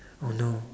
oh no